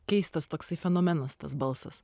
keistas toksai fenomenas tas balsas